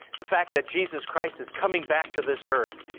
the fact that jesus christ is coming back to this earth.